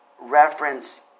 reference